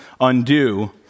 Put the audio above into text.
undo